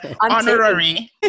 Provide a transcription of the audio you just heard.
Honorary